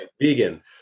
Vegan